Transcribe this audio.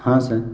ہاں سر